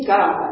God